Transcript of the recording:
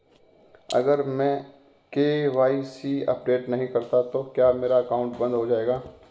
अगर मैं KYC update नहीं करता तो क्या मेरा अकाउंट बंद हो जाएगा?